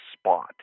spot